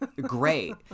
Great